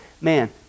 Man